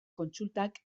kontsultak